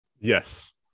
Yes